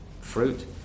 fruit